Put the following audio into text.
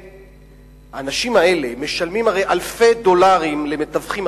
האנשים האלה משלמים הרי אלפי דולרים למתווכים.